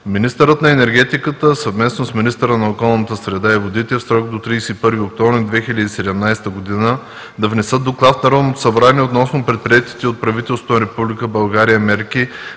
„Министърът на енергетиката съвместно с министъра на околната среда и водите в срок до 31 октомври 2017 г. да внесат доклад в Народното събрание относно предприетите от правителството на Република България мерки